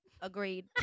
Agreed